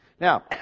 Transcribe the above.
Now